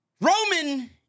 Roman